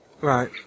Right